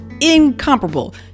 incomparable